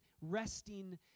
resting